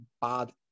bad